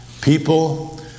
People